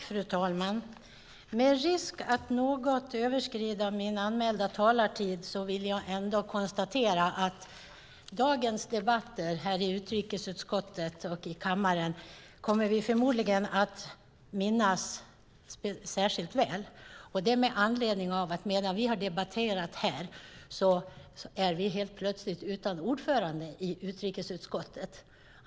Fru talman! Med risk att något överskrida min anmälda talartid vill jag ändå konstatera att vi förmodligen kommer att minnas dagens debatter i utrikesutskottet och i kammaren särskilt väl. Det är med anledning av att medan vi har debatterat här har vi helt plötsligt blivit utan ordförande i utrikesutskottet.